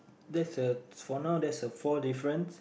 that's the for now that's the four difference